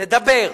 תדבר.